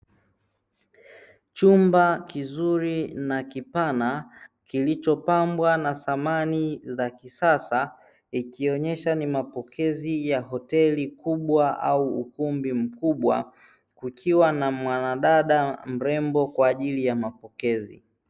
Chumba kizuri na kipana kilichopambwa na samani za kisasa ikionyesha ni mapokezi ya hoteli kubwa au ukumbi mkubwa kukiwa na mwanadada mrembo kwa ajili ya mapokezi.